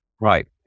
Right